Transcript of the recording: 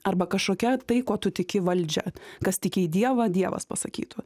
arba kažkokia tai kuo tu tiki valdžią kas tiki į dievą dievas pasakytų